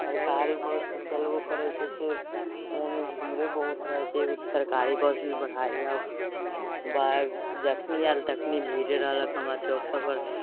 सरकारी बस चलबो करैत छै से ओहिमे भीड़े बहुत रहैत छै एगो सरकारी बस भी बढ़ायल जाय बाहर जखनी आयल तखनी भीड़े रहलक हमर चौक सभपर